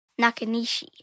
Nakanishi